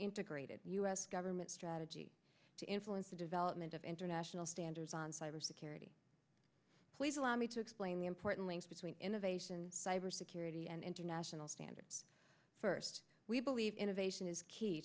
integrated u s government strategy to influence the development of international standards on cyber security please allow me to explain the importantly between innovation cyber security and international standards first we believe innovation is key